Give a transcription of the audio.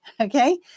okay